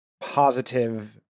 positive